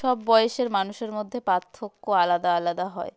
সব বয়েসের মানুষের মধ্যে পার্থক্য আলাদা আলাদা হয়